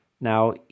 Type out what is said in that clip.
Now